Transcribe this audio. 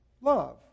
love